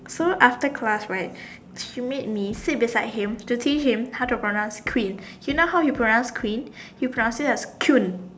so after class right she made me sit beside him to teach him how to pronounce queen you know how he pronounced queen he pronounced it as Kun